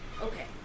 Okay